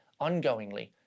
ongoingly